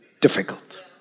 difficult